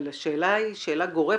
אבל השאלה היא שאלה גורפת,